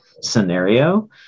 scenario